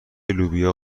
لوبیا